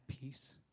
peace